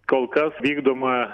kol kas vykdoma